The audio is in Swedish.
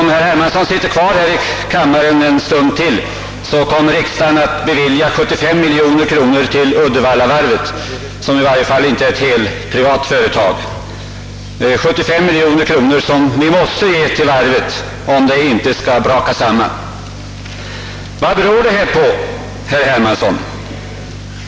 Om herr Hermansson sitter kvar här i kammaren en stund till får han vara med när riksdagen beslutar att lämna Uddevallavarvet — som i varje fall inte är ett helt privat företag — ett kapitaltillskott på 75 miljoner kronor, som vi måste ge varvet för att det inte skall braka samman. Vad beror allt detta på, herr Hermansson?